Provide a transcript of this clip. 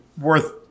worth